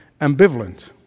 Ambivalent